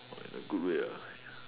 !wah! in a good way lah !aiya!